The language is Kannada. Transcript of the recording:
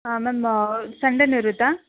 ಹಾಂ ಮ್ಯಾಮ್ ಸಂಡೇನೂ ಇರುತ್ತಾ